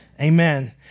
Amen